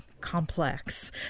complex